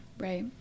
Right